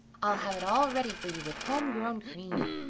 i'll have it all ready for you with home-grown cream.